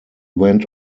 went